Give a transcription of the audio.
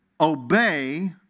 Obey